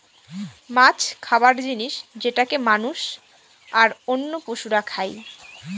মাছ খাবার জিনিস যেটাকে মানুষ, আর অন্য পশুরা খাই